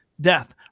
death